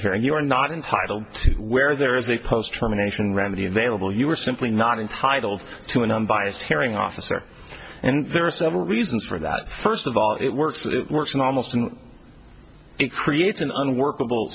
here and you are not entitled to where there is a post germination remedy available you are simply not entitled to an unbiased hearing officer and there are several reasons for that first of all it works it works in almost and it creates an unworkable